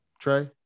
Trey